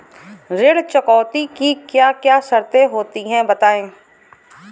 ऋण चुकौती की क्या क्या शर्तें होती हैं बताएँ?